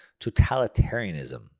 totalitarianism